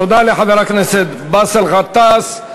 תודה לחבר הכנסת באסל גטאס.